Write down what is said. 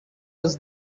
was